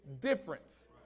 difference